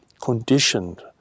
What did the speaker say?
conditioned